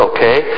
Okay